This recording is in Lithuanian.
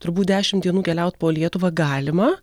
turbūt dešim dienų keliaut po lietuvą galima